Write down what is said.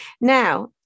now